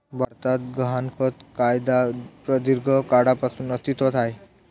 भारतात गहाणखत कायदा प्रदीर्घ काळापासून अस्तित्वात आहे